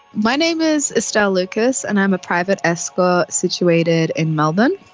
my name is estelle lucas and i'm a private escort situated in melbourne.